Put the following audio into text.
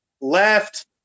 Left